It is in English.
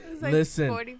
Listen